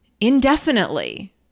indefinitely